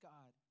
God